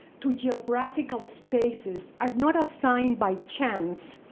to geographical spaces are not assigned by chance,